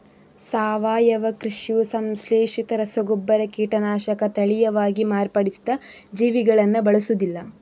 ಸಾವಯವ ಕೃಷಿಯು ಸಂಶ್ಲೇಷಿತ ರಸಗೊಬ್ಬರ, ಕೀಟನಾಶಕ, ತಳೀಯವಾಗಿ ಮಾರ್ಪಡಿಸಿದ ಜೀವಿಗಳನ್ನ ಬಳಸುದಿಲ್ಲ